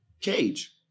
Cage